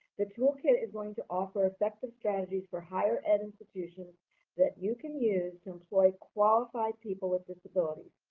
the toolkit is going to offer effective strategies for higher-ed and institutions that you can use to employ qualified people with disabilities.